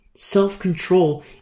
Self-control